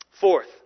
Fourth